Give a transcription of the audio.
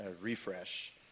refresh